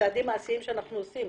צעדים משמעותיים שאנחנו עושים.